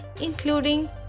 including